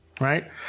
right